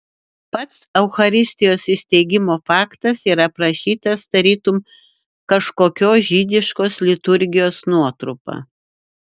pats eucharistijos įsteigimo faktas yra aprašytas tarytum kažkokios žydiškos liturgijos nuotrupa